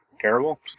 terrible